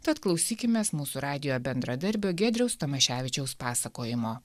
tad klausykimės mūsų radijo bendradarbio giedriaus tamoševičiaus pasakojimo